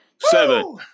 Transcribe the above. seven